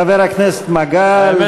חבר הכנסת מגל, שב.